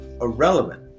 irrelevant